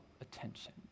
attention